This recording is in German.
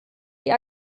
die